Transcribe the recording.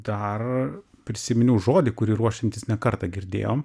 dar prisiminiau žodį kurį ruošiantis ne kartą girdėjom